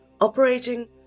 operating